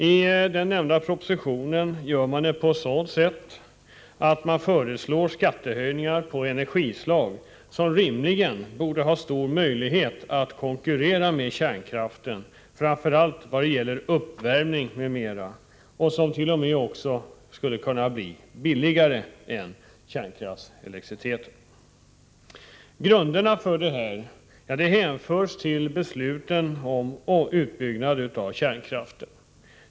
I den nämnda propositionen gör man det genom att föreslå skattehöjningar på energislag som rimligen borde ha stor möjlighet att konkurrera med kärnkraften, framför allt vad gäller uppvärmning, och som t.o.m. också skulle kunna bli billigare än kärnkraftselektriciteten. Grunderna för dessa förslag ligger i besluten om utbyggnad av kärnkraften.